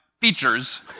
features